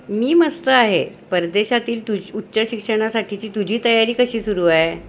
मी मस्त आहे परदेशातील तुझं उच्च शिक्षणासाठीची तुझी तयारी कशी सुरू आहे